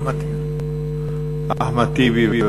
אחמד טיבי,